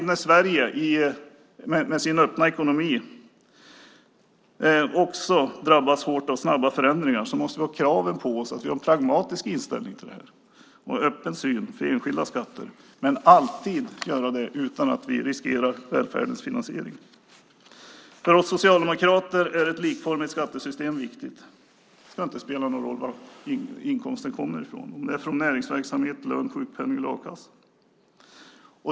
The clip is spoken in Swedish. När Sverige med sin öppna ekonomi drabbas hårt av snabba förändringar måste vi ha en pragmatisk inställning till detta och en öppen syn för enskilda skatter - men alltid utan att riskera välfärdens finansiering. För oss socialdemokrater är ett likformigt skattesystem viktigt. Det ska inte spela någon roll var inkomsten kommer från, om det är från näringsverksamhet, lön, sjukpenning eller a-kassa.